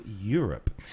Europe